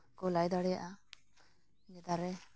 ᱠᱚ ᱞᱟᱹᱭ ᱫᱟᱲᱮᱭᱟᱜᱼᱟ ᱡᱮ ᱫᱟᱨᱮ